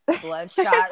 Bloodshot